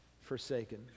forsaken